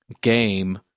game